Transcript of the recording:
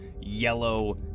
yellow